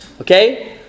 okay